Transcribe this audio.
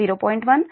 1 0